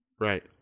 Right